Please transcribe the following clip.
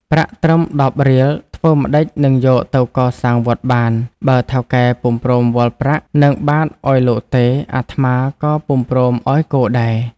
ប្រាក់ត្រឹម ១០ រៀលធ្វើម្ដេចនឹងយកទៅកសាងវត្តបាន? បើថៅកែពុំព្រមវាល់ប្រាក់នឹងបាត្រឲ្យលោកទេ អាត្មាក៏ពុំព្រមឲ្យគោដែរ។